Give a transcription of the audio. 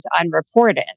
unreported